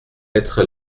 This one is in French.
être